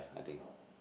I think